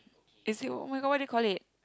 is it oh-my-god what do you call it